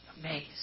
Amazed